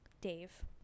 dave